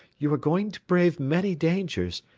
you are going to brave many dangers,